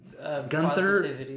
gunther